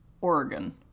Oregon